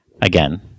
Again